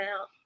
out